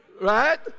right